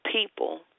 people